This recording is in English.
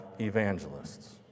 evangelists